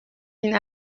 این